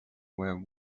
where